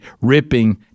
ripping